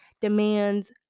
demands